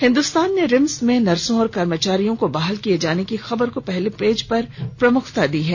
हिंदुस्तान ने रिम्स में नर्सों और कर्मचारियों को बहाल किये जाने की खबर को पहले पेज पर प्रमुखता दी है